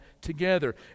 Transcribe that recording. together